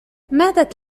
ماتت